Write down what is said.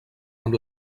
amb